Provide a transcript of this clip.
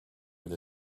with